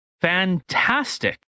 Fantastic